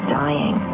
dying